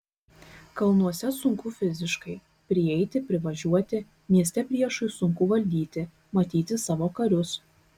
kalnuose sunku fiziškai prieiti privažiuoti mieste priešui sunku valdyti matyti savo karius